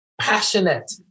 passionate